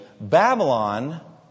Babylon